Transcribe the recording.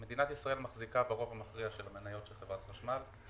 מדינת ישראל מחזיקה ברוב המכריע של המניות של חברת החשמל.